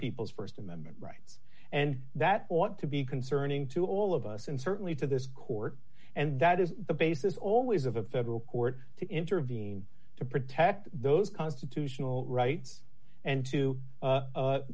people's st amendment rights and that ought to be concerning to all of us and certainly to this court and that is the basis always of a federal court to intervene to protect those constitutional rights and to